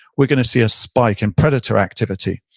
we're going to see a spike in predator activity.